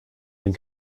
den